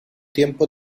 tiempo